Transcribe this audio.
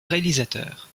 réalisateur